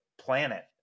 planet